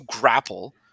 grapple